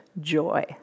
Joy